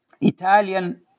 Italian